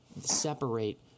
separate